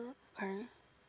no hurry